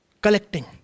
collecting